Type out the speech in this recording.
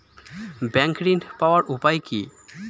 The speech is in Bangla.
ব্যাংক ঋণ পাওয়ার উপায় কি?